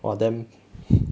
!wah! damn